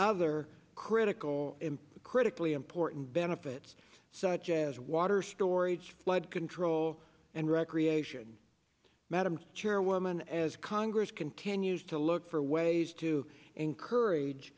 other critical critically important benefits such as water storage flood control and recreation madam chairwoman as congress continues to look for ways to encourage